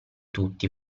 tutti